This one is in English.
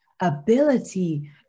ability